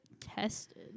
tested